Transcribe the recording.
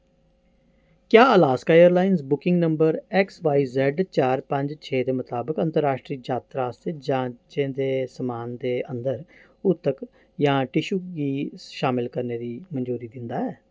क्या Alaska Airlines booking number X Y Z चार पंज छे दे मताबक अंतर राश्ट्री जातरा आस्तै जांचे दे समान दे अंदर ऊतक जां टिशु गी शामल करने गी मंजूरी दिंदा ऐ